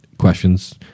questions